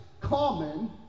common